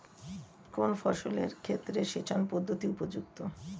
কোন ফসলের ক্ষেত্রে সেচন পদ্ধতি উপযুক্ত?